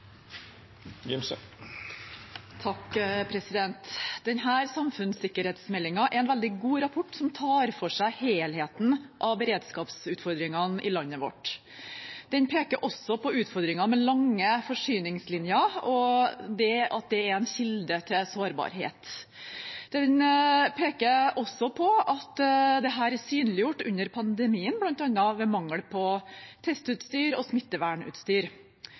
er en veldig god rapport som tar for seg helheten av beredskapsutfordringene i landet vårt. Den peker på utfordringer med lange forsyningslinjer og at det er en kilde til sårbarhet. Den peker også på at dette er synliggjort under pandemien, bl.a. ved mangel på testutstyr og smittevernutstyr.